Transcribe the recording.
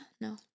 no